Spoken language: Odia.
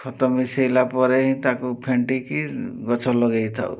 ଖତ ମିଶେଇଲା ପରେ ହିଁ ତାକୁ ଫେଣ୍ଟିକି ଗଛ ଲଗେଇଥାଉ